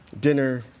dinner